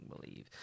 believe